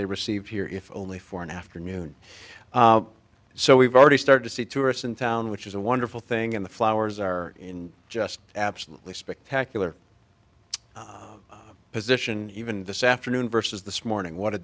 they received here if only for an afternoon so we've already started to see tourists in town which is a wonderful thing and the flowers are just absolutely spectacular position even this afternoon versus this morning what a